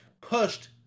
pushed